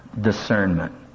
discernment